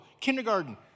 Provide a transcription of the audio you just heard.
Kindergarten